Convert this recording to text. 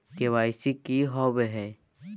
KYC की हॉबे हय?